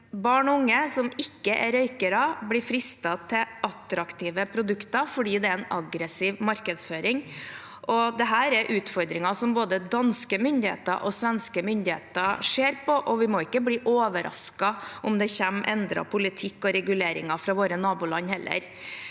Barn og unge som ikke er røykere, blir fristet av attraktive produkter fordi det er en aggressiv markedsføring. Dette er utfordringer som både danske og svenske myndigheter ser på, og vi må ikke bli overrasket om det kommer endret politikk og reguleringer fra våre naboland. Jeg er